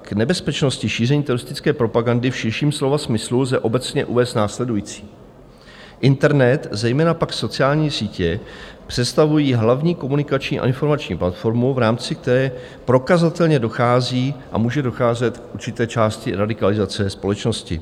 K nebezpečnosti šíření teroristické propagandy v širším slova smyslu lze obecně uvést následující: Internet, zejména pak sociální sítě, představuje hlavní komunikační a informační platformu, v rámci které prokazatelně dochází a může docházet k určité části radikalizace společnosti.